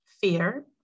Fear